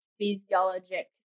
physiologic